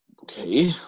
Okay